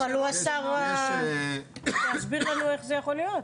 אבל שיסביר לנו איך זה יכול להיות.